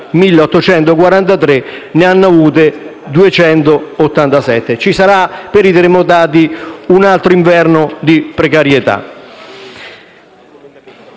1.843 e ne hanno avute 287. Ci sarà per i terremotati un altro inverno di precarietà.